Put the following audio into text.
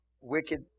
wicked